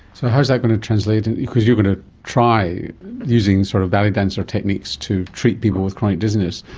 so how is that going to translate, because you are going to try using sort of ballet dancer techniques to treat people with chronic dizziness.